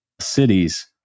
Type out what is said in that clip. cities